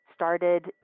started